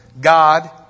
God